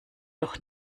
doch